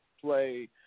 play